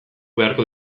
beharko